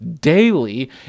daily